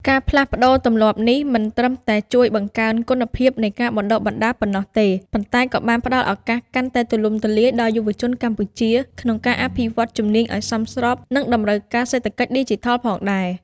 ការផ្លាស់ប្តូរទម្លាប់នេះមិនត្រឹមតែជួយបង្កើនគុណភាពនៃការបណ្តុះបណ្តាលប៉ុណ្ណោះទេ ប៉ុន្តែក៏បានផ្តល់ឱកាសកាន់តែទូលំទូលាយដល់យុវជនកម្ពុជាក្នុងការអភិវឌ្ឍជំនាញឱ្យសមស្របនឹងតម្រូវការសេដ្ឋកិច្ចឌីជីថលផងដែរ។